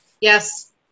Yes